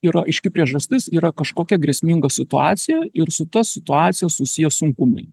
yra aiški priežastis yra kažkokia grėsminga situacija ir su ta situacija susiję sunkumai